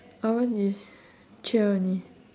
ours is three hour only